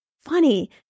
funny